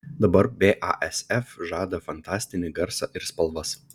dabar basf žada fantastinį garsą ir spalvas